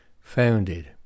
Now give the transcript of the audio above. founded